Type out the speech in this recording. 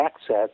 access